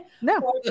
No